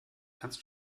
kannst